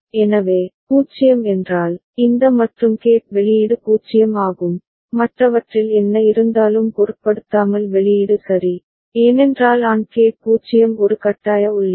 எனவே 0 என்றால் இந்த மற்றும் கேட் வெளியீடு 0 ஆகும் மற்றவற்றில் என்ன இருந்தாலும் பொருட்படுத்தாமல் வெளியீடு சரி ஏனென்றால் AND கேட் 0 ஒரு கட்டாய உள்ளீடு